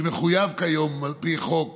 שמחויב כיום על פי חוק